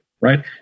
right